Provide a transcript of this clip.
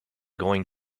going